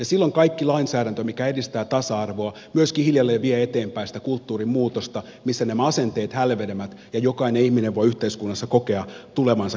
silloin kaikki lainsäädäntö mikä edistää tasa arvoa myöskin hiljalleen vie eteenpäin sitä kulttuurimuutosta missä nämä asenteet hälvenevät ja jokainen ihminen voi yhteiskunnassa kokea tulevansa kohdatuksi